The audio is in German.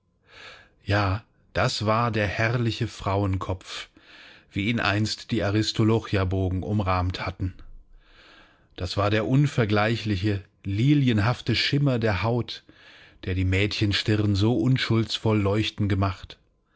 ja das war der herrliche frauenkopf wie ihn einst die aristolochiabogen umrahmt hatten das war der unvergleichliche lilienhafte schimmer der haut der die mädchenstirn so unschuldsvoll leuchten gemacht